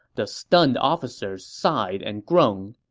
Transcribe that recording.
the stunned officers sighed and groaned.